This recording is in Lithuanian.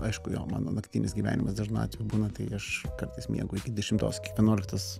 aišku jo mano naktinis gyvenimas dažnu atveju būna tai aš kartais miegu iki dešimtos vienuoliktos